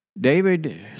David